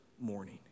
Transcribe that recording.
morning